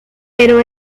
pero